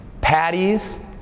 patties